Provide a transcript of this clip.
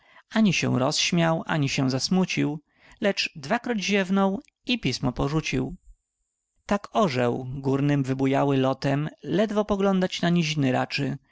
ani się rozśmiał ani się zasmucił lecz dwakroć ziewnął i pismo porzucił tak orzeł górnym